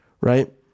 Right